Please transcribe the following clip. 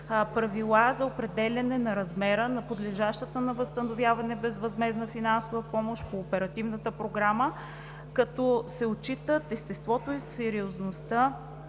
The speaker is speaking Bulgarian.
правила за определяне на размера на подлежащата на възстановяване безвъзмездна финансова помощ по Оперативната програма, като се отчитат естеството и сериозността